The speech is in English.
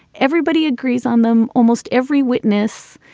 everybody agrees on them. almost every witness,